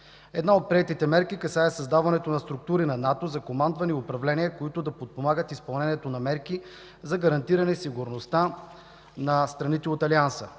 Една от приетите мерки касае създаването на структури на НАТО за командване и управление, които да подпомагат изпълнението на мерки за гарантиране сигурността на страните от Алианса.